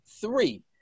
three